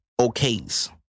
okays